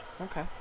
Okay